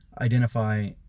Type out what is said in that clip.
identify